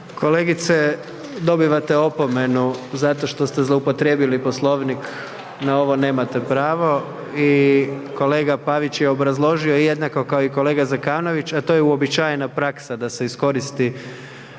Kolegice dobivate opomenu zato što ste zloupotrijebili Poslovnik na ovo nemate pravo i kolega Pavić je obrazložio jednako kao i kolega Zekanović, a to je uobičajena praksa da se iskoristi